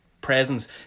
presence